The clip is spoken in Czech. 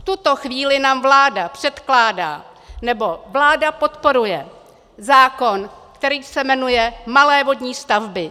V tuto chvíli nám vláda předkládá, nebo vláda podporuje zákon, který se jmenuje malé vodní stavby.